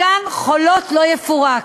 מתקן "חולות" לא יפורק.